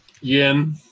Yin